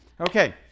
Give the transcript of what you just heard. Okay